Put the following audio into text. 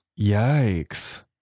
yikes